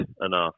enough